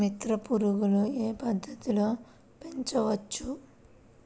మిత్ర పురుగులు ఏ పద్దతిలో పెంచవచ్చు?